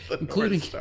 including